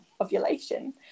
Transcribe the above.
ovulation